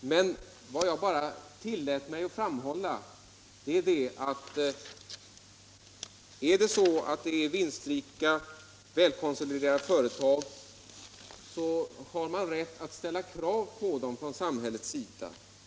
politik. Vad jag tillät mig framhålla var att samhället har rätt att ställa krav på välkonsoliderade företag.